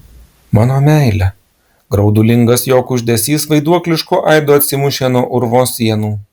mano meile graudulingas jo kuždesys vaiduoklišku aidu atsimušė nuo urvo sienų